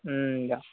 দিয়ক